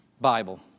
Bible